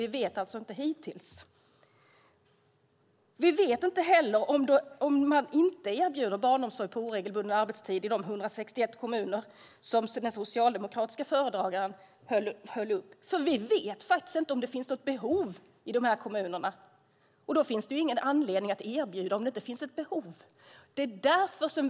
Vi vet inte hur det är i de 161 kommuner som inte erbjuder barnomsorg på oregelbunden arbetstid som den socialdemokratiska företrädaren talade om. Vi vet inte om det finns något behov i de kommunerna. Det finns ingen anledning att erbjuda det om det inte finns något behov.